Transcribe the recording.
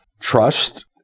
trust